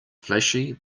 flashy